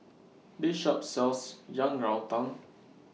This Shop sells Yang Rou Tang